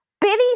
Billy